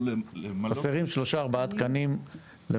--- חסרים שלושה-ארבעה תקנים למערך הגיור.